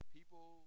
People